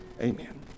Amen